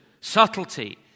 subtlety